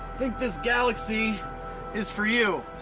think this galaxy is for you.